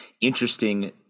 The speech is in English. interesting